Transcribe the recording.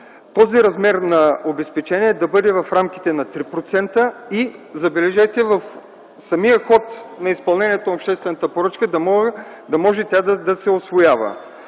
този размер на обезпечение да бъде в рамките на 3% и, забележете, в самия ход на изпълнението на обществената поръчка да може да се усвоява.